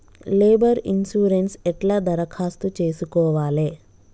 Labour insurance ఎట్ల దరఖాస్తు చేసుకోవాలే?